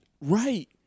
Right